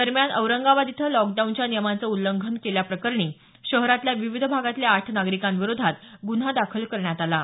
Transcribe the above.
दरम्यान औरंगाबाद इथं लॉकडाऊनच्या नियमांचं उल्लंघन केल्याप्रकरणी शहरातल्या विविध भागातल्या आठ नागरिकांविरोधात गुन्हा दाखल करण्यात आला आहे